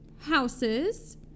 houses